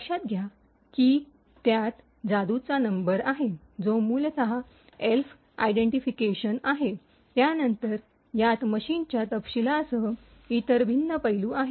लक्षात घ्या की त्यात जादूचा नंबर आहे जो मूलतः एल्फ आयडेंटिफिकेशन आहे त्यानंतर यात मशीनच्या तपशीलांसह इतर भिन्न पैलू आहेत